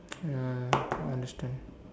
ya I understand